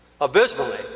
abysmally